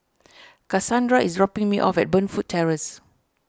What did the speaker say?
Kasandra is dropping me off at Burnfoot Terrace